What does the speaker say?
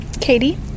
Katie